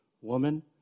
Woman